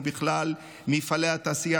ובכללם מפעלי תעשייה,